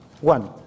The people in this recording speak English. one